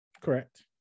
Correct